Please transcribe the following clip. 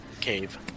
Cave